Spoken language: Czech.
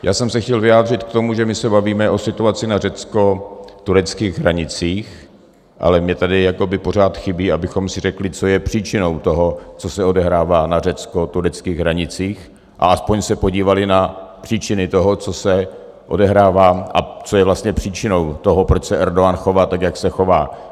Já jsem se chtěl vyjádřit k tomu, že my se bavíme o situaci na řeckotureckých hranicích, ale mně tady jakoby pořád chybí, abychom si řekli, co je příčinou toho, co se odehrává na řeckotureckých hranicích, a aspoň se podívali na příčiny toho, co se odehrává a co je vlastně příčinou toho, proč se Erdogan chová tak, jak se chová.